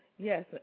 Yes